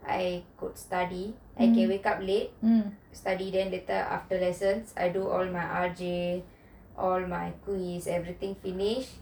I could study I can wake up late study then after lesson I do all my R_J all my quiz everything finish